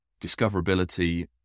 discoverability